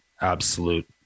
absolute